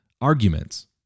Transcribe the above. Arguments